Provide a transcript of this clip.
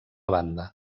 banda